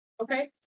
Okay